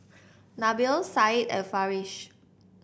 Nabil Said and Farish